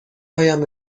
هایم